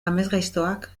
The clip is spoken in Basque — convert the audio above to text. amesgaiztoak